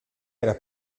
era